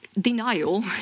Denial